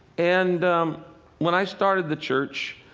and when i started the church,